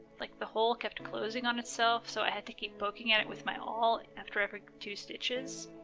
like the hole kept closing on itself so i had to keep poking at it with my awl after every two stitches.